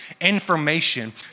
information